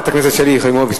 חברת הכנסת שלי יחימוביץ,